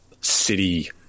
city